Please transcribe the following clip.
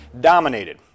dominated